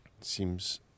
seems